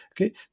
okay